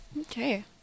Okay